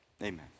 Amen